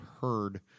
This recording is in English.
heard